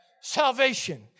Salvation